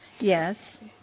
Yes